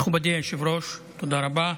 מכובדי היושב-ראש, תודה רבה.